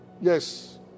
Yes